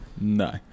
No